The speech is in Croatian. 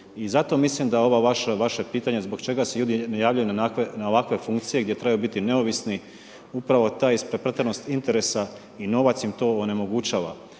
i zato mislim da ovo vaše pitanje zbog čega se ljudi ne javljaju na ovakve funkcije gdje trebaju biti neovisni, upravo ta isprepletenost interesa i novac im to onemogućava